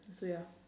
so you're